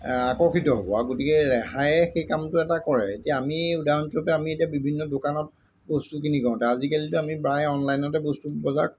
আকৰ্ষিত হোৱা গতিকে ৰেহায়ে সেই কামটো এটা কৰে এতিয়া আমি উদাহৰণস্বৰূপে আমি এতিয়া বিভিন্ন দোকানত বস্তুখিনি কওঁতে আজিকালিতো আমি প্ৰায় অনলাইনতে বস্তু বজাৰত